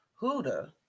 Huda